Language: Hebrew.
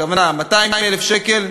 הכוונה: 200,000 שקל,